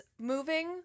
moving